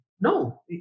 No